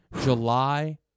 July